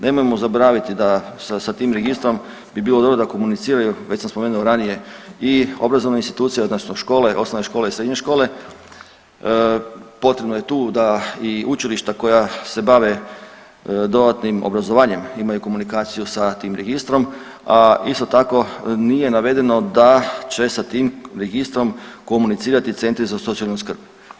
Nemojmo zaboraviti da sa tim registrom bi bilo dobro da komuniciraju, već sam spomenuo ranije i obrazovne institucije odnosno škole, osnovne škole i srednje škole potrebno je tu da i učilišta koja se bave dodatnim obrazovanjem, imaju komunikaciju sa tim registrom, a isto tako nije navedeno da će sa tim registrom komunicirati centri za socijalnu skrb.